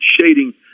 shading